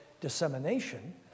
dissemination